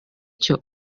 cyo